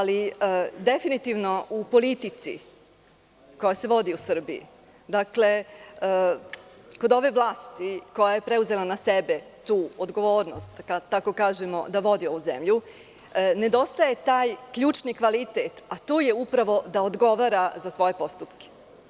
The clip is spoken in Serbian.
Ali, definitivno u politici koja se vodi u Srbiji, kod ove vlasti koja je preuzela na sebe tu odgovornost da vodi ovu zemlju, nedostaje taj ključni kvalitet, a to je upravo da odgovara za svoje postupke.